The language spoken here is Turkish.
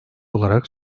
olarak